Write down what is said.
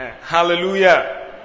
Hallelujah